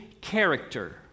character